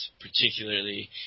particularly